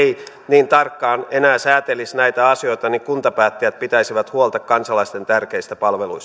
niin tarkkaan enää säätelisi näitä asioita niin kuntapäättäjät pitäisivät huolta kansalaisten tärkeistä